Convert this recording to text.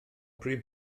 prif